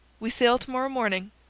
we sail to-morrow morning,